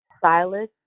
Silas